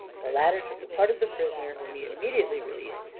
the latter took the part of the prisoner, whom he immediately released,